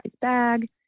bag